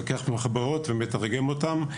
לוקח מחברות ומתרגם אותן,